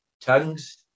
tongues